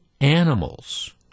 animals